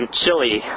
chili